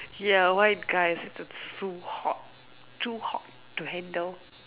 ya white guys that's so hot too hot to handle